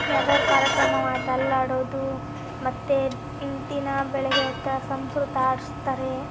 ಯಾವ್ದಾದ್ರೂ ಕಾರ್ಯಕ್ರಮವಾದ್ರೆ ಅಲ್ಲಿ ಹಾಡುವುದು ಮತ್ತು ದಿನ ಬೆಳಗ್ಗೆ ಎದ್ದು ಸಂಸ್ಕೃತ ಹಾಡಿಸ್ತಾರೆ